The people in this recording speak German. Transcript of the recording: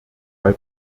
weil